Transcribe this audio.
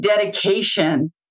dedication